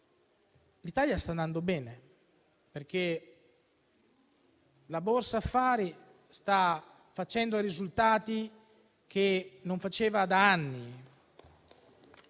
l'Italia sta andando bene, perché la Borsa affari sta ottenendo risultati che non faceva da anni